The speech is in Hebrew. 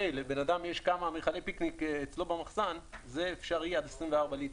לבן אדם יש כמה מכלי פיקניק במחסן זה אפשרי עד 24 ליטר.